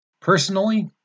Personally